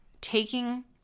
taking